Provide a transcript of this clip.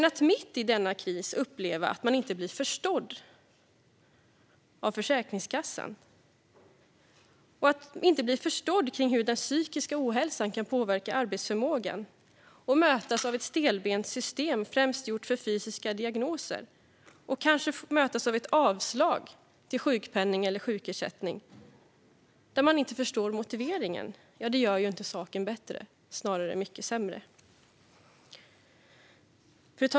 Att mitt i denna kris uppleva att man inte blir förstådd av Försäkringskassan i fråga om hur den psykiska ohälsan kan påverka arbetsförmågan, att mötas av ett stelbent system främst gjort för fysiska diagnoser och att kanske mötas av ett avslag för sjukpenning eller sjukersättning där man inte förstår motiveringen gör ju inte saken bättre - snarare mycket sämre.